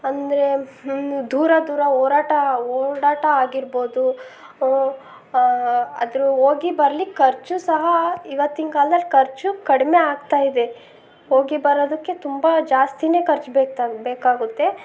ಅಂದರೆ ದೂರ ದೂರ ಹೋರಾಟ ಓಡಾಟ ಆಗಿರ್ಬೋದು ಅದ್ರ ಹೋಗಿ ಬರ್ಲಿಕ್ಕೆ ಖರ್ಚೂ ಸಹ ಇವತ್ತಿನ ಕಾಲ್ದಲ್ಲಿ ಖರ್ಚು ಕಡಿಮೆ ಆಗ್ತಾ ಇದೆ ಹೋಗಿ ಬರೋದಕ್ಕೆ ತುಂಬ ಜಾಸ್ತಿನೇ ಖರ್ಚು ಬೇಕಾದ ಬೇಕಾಗುತ್ತೆ